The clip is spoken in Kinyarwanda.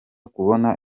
kubona